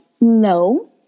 no